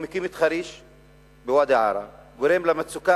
הוא מקים את חריש בוואדי-עארה, גורם למצוקה